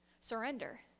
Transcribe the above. Surrender